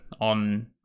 on